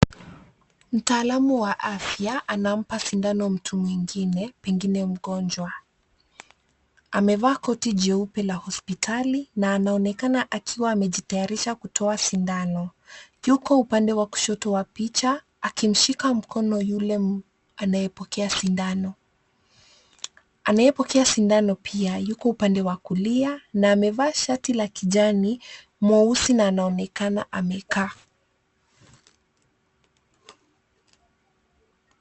Mtaalamu wa afya anampa sindano mtu mwingine pengine mgonjwa. Amevaa koti jeupe la hospitali na anaonekana akiwa amejitayarisha kutoa sindano. Yuko upande wa kushoto wa picha akimshika mkono yule anayepokea sindano. Anayepokea sindano pia yuko upande wa kulia na amevaa shati la kijani mweusi na anaonekana amekaa.